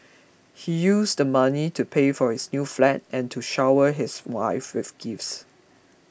he used the money to pay for his new flat and to shower his wife with gifts